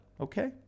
Okay